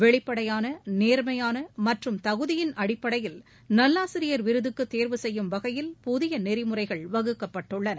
வெளிப்படையான நேர்மையான மற்றும் தகுதியின் அடிப்படையில் நல்லாசிரியர் விருதுக்கு தேர்வு செய்யும் வகையில் புதிய நெறிமுறைகள் வகுக்கப்பட்டுள்ளன